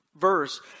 verse